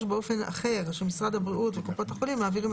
באופן אחר שבו משרד הבריאות וקופות החולים מעבירים